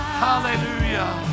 hallelujah